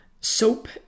Soap